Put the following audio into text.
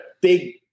big